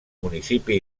municipi